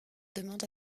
demande